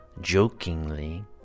jokingly